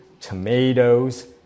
tomatoes